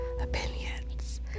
opinions